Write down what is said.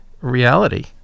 reality